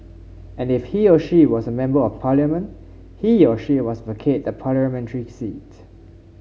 and if he or she was a Member of Parliament he or she must vacate the parliamentary seat